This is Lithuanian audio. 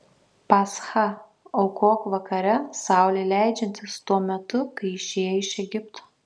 paschą aukok vakare saulei leidžiantis tuo metu kai išėjai iš egipto